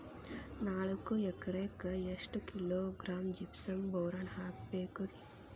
ನಾಲ್ಕು ಎಕರೆಕ್ಕ ಎಷ್ಟು ಕಿಲೋಗ್ರಾಂ ಜಿಪ್ಸಮ್ ಬೋರಾನ್ ಹಾಕಬೇಕು ರಿ?